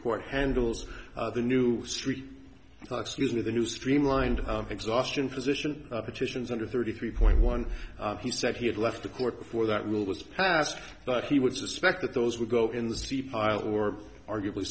court handles the new street tax usually the new streamlined exhaustion physician petitions under thirty three point one he said he had left the court before that rule was passed but he would suspect that those would go in the steep aisle or arguably